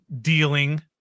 dealing